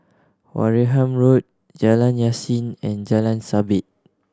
Wareham Road Jalan Yasin and Jalan Sabit